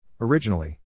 Originally